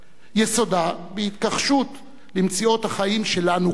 יסודה בהתכחשות למציאות החיים שלנו כאן.